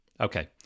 okay